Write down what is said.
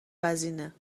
وزینه